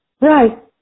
Right